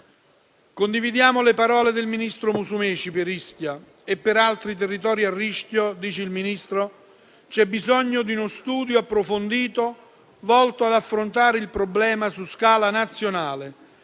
Condividiamo le parole del ministro Musumeci: per Ischia e per altri territori a rischio c'è bisogno di uno studio approfondito, volto ad affrontare il problema su scala nazionale,